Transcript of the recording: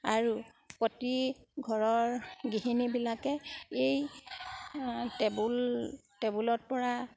আৰু প্ৰতি ঘৰৰ গৃহিণীবিলাকে এই টেবুল টেবুলত পৰা